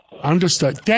understood